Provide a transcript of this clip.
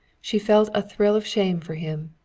she felt a thrill of shame for him,